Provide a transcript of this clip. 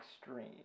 extreme